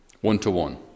One-to-one